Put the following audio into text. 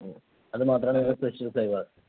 ഓ അത് മാത്രമാണ് നിങ്ങളുടെ സ്പെഷ്യൽ ഫ്ലേവർ